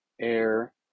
air